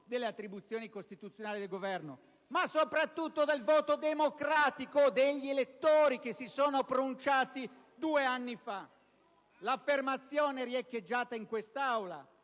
delle attribuzioni costituzionali del Governo, ma soprattutto del voto democratico degli elettori che si sono pronunciati due anni fa *(Commenti del